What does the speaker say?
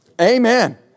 Amen